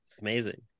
amazing